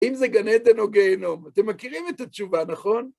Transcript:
אם זה גן עדן או גיהנום, אתם מכירים את התשובה, נכון?